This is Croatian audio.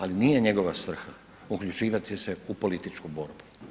Ali nije njegova svrha uključivati se u političku borbu.